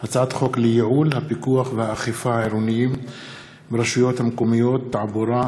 הצעת חוק לייעול הפיקוח והאכיפה העירוניים ברשויות המקומיות (תעבורה),